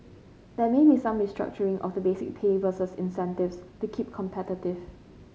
there may be some restructuring of the basic pay versus incentives to keep competitive